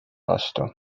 vastu